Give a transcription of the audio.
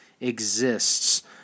exists